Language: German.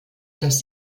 das